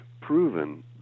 proven